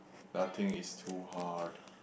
nothing is too hard